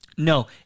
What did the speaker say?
No